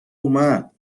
اومد